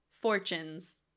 fortunes